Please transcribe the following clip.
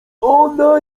ona